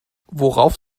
worauf